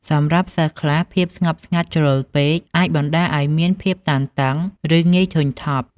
សម្រាប់សិស្សខ្លះ ភាពស្ងប់ស្ងាត់ជ្រុលពេកអាចបណ្ដាលឲ្យមាន ភាពតានតឹង ឬងាយធុញថប់។